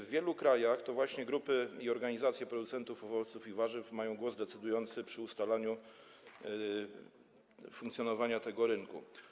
W wielu krajach to właśnie grupy i organizacje producentów owoców i warzyw mają głos decydujący przy ustalaniu zasad funkcjonowania tego rynku.